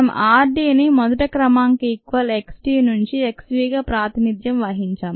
మనం r dని మొదటి క్రమాంక ఈక్వల్ k d నుంచి x v గా ప్రాతినిధ్యం వహించాం